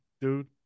Dude